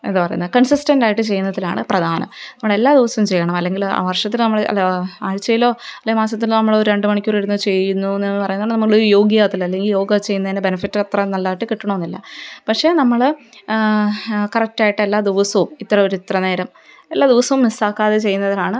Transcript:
എന്താ പറയുന്നേ കൺസിസ്റ്റൻറ്റായിട്ട് ചെയ്യുന്നതിലാണ് പ്രധാനം നമ്മളെല്ലാ ദിവസവും ചെയ്യണം അല്ലെങ്കില് വർഷത്തില് നമ്മള് അല്ലാ ആഴ്ചയിലോ അല്ലെങ്കില് മാസത്തിലോ നമ്മള് ഒരു രണ്ടു മണിക്കൂര് ഇരുന്നു ചെയ്യുന്നു എന്നു പറയുന്നത് നമ്മള് യോഗിയാവത്തില്ല അല്ലെങ്കില് യോഗ ചെയ്യുന്നതിനു ബെനിഫിറ്റ് അത്ര നല്ലതായിട്ട് കിട്ടണമെന്നില്ല പക്ഷെ നമ്മള് കറക്റ്റായിട്ട് എല്ലാ ദിവസവും ഇത്ര ഒരു ഇത്ര നേരം എല്ലാ ദിവസവും മിസ്സാക്കാതെ ചെയ്യുന്നതിലാണ്